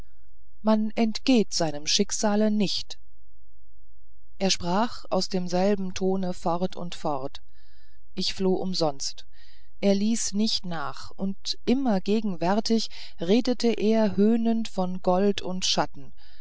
man entgeht seinem schicksale nicht er sprach aus demselben tone fort und fort ich floh umsonst er ließ nicht nach und immer gegenwärtig redete er höhnend von gold und schatten